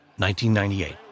1998